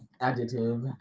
Adjective